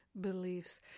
beliefs